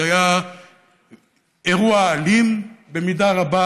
זה היה אירוע אלים במידה רבה,